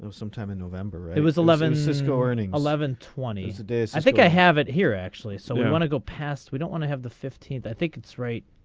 so sometime in november it was eleven cisco earning eleven twenty two days. i think i have it here actually so we want to go past we don't want to have the fifteenth i think it's right.